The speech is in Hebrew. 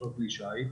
לאותו כלי שיט.